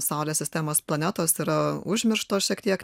saulės sistemos planetos tai yra užmirštos šiek tiek